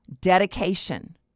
Dedication